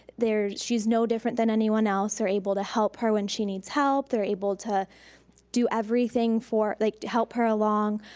they're, she's no different than anyone else, they're able to help her when she needs help, they're able to do everything for, like help her along,